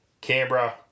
Canberra